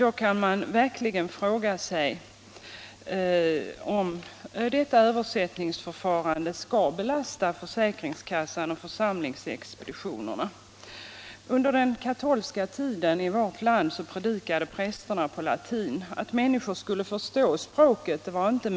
Man kan verkligen fråga sig om detta översättningsförfarande skall belasta försäkringskassan och församlingsexpeditionerna. Under den katolska tiden i vårt land predikade prästerna på latin, och det var inte meningen att människorna skulle förstå det som sades.